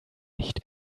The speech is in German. nicht